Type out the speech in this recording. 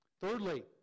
Thirdly